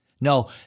No